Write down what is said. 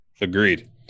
Agreed